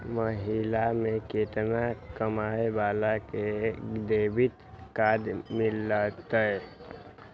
महीना में केतना कमाय वाला के क्रेडिट कार्ड मिलतै?